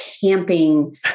camping